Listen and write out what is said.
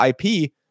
IP